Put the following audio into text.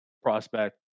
prospect